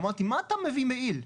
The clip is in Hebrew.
אמרתי "מה אתה מביא מעיל?